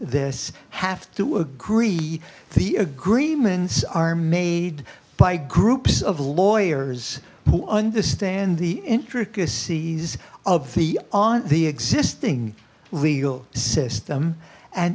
this have to agree the agreements are made by groups of lawyers who understand the intricacies of the on the existing legal system and